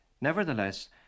Nevertheless